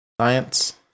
Science